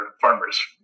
farmers